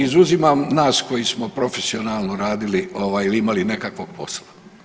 Izuzimam nas koji smo profesionalno radili ili imali nekakvog posla?